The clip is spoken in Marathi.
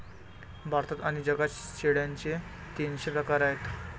भारतात आणि जगात शेळ्यांचे तीनशे प्रकार आहेत